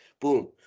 Boom